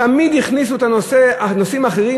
תמיד הכניסו את הנושאים האחרים,